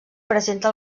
presenta